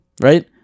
right